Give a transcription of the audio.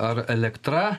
ar elektra